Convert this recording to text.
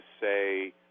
say